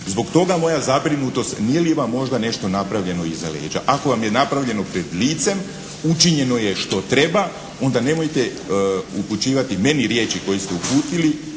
Zbog toga moja zabrinutost, nije li vam možda nešto napravljeno iza leđa. Ako vam je napravljeno pred licem, učinjeno je što treba, onda nemojte upućivati meni riječi koje ste uputili.